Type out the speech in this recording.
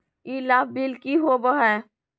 ई लाभ बिल की होबो हैं?